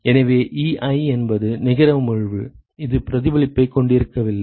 எனவே Ei என்பது நிகர உமிழ்வு இது பிரதிபலிப்பைக் கொண்டிருக்கவில்லை